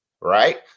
right